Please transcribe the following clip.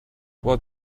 what